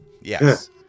Yes